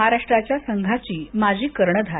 महाराष्ट्राच्या संघाची माजी कर्णधार